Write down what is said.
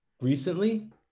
recently